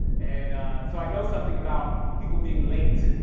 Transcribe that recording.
and so, i know something about people being late,